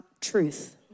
truth